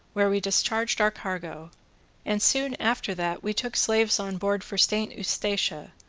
where we discharged our cargo and soon after that we took slaves on board for st. eustatia,